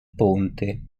ponte